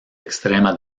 extrema